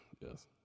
yes